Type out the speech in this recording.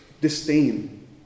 disdain